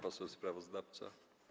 Poseł sprawozdawca?